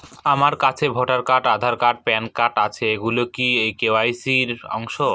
আমার কাছে voter card Aadhaar card PAN card আছে এগুলো কি কে.ওয়াই.সি র অংশ?